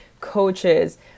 coaches